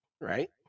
right